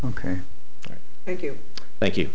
ok thank you thank you